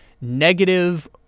negative